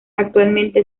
actualmente